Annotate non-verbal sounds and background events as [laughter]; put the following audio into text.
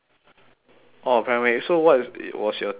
oh paramedics so what [noise] was your thesis